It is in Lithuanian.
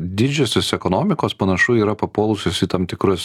didžiosios ekonomikos panašu yra papuolusios į tam tikrus